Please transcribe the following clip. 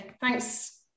thanks